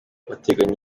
bateganya